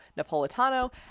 Napolitano